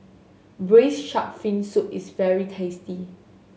Braised Shark Fin Soup is very tasty